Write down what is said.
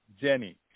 jenny